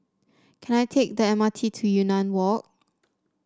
can I take the M R T to Yunnan Walk